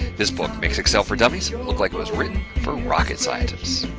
this book makes excel for dummies, look like it was written for rocket scientists.